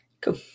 cool